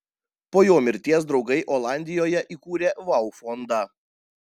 po jo mirties draugai olandijoje įkūrė vau fondą